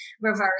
reverse